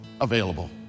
available